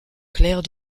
claire